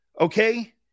Okay